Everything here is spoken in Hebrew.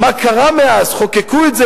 מה קרה מאז חוקקו את זה,